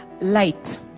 Light